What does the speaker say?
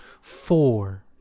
Four